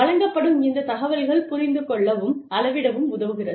வழங்கப்படும் இந்த தகவல்கள் புரிந்துகொள்ளவும் அளவிடமும் உதவுகிறது